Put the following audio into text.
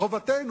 חובתנו,